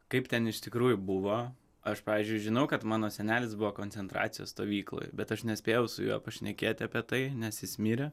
kaip ten iš tikrųjų buvo aš pavyzdžiui žinau kad mano senelis buvo koncentracijos stovykloj bet aš nespėjau su juo pašnekėti apie tai nes jis mirė